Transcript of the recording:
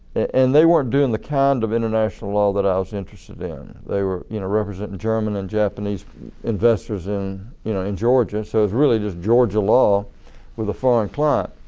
and they weren't doing the kind of international law that i was interested in they were you know representing german and japanese investors in you know in georgia it so was really just georgia law with a foreign client.